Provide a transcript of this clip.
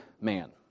man